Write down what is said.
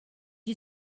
you